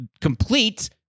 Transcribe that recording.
complete